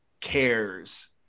cares